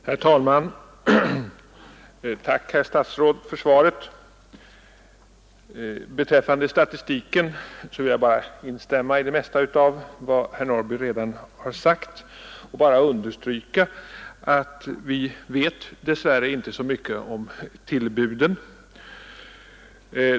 Herr talman! Tack, herr statsråd, för svaret! Beträffande statistiken vill jag instämma i det mesta av vad herr Norrby i Åkersberga redan har sagt och bara understryka att vi dess värre inte vet så mycket om tillbuden.